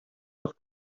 was